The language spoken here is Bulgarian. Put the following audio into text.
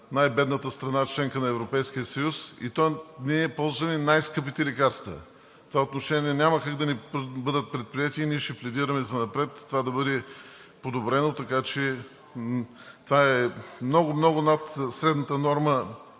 най-бедната страна – членка на Европейския съюз. Ние ползваме най-скъпите лекарства. В това отношение няма как да не бъдат предприети действия и ние ще пледираме занапред това да бъде подобрено. Това е много, много над средната норма,